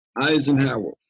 Eisenhower